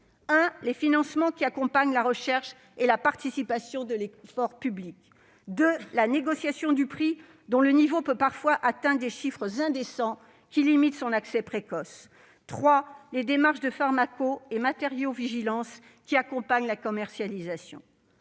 les financements qui accompagnent la recherche et la participation de l'effort public ; ensuite, la négociation du prix, dont le niveau peut parfois atteindre des chiffres indécents, qui limitent son accès précoce ; enfin, les démarches de pharmacovigilance et de matériovigilance, qui accompagnent la commercialisation.